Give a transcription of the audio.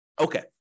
okay